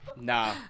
Nah